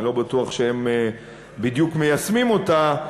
אני לא בטוח שהם בדיוק מיישמים אותה,